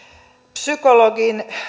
psykologi